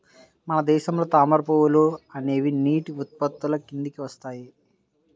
మన దేశంలో తామర పువ్వులు అనేవి నీటి ఉత్పత్తుల కిందికి వస్తాయి